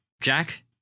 jack